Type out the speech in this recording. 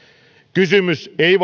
kysymys ei